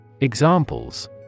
Examples